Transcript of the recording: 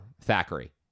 Thackeray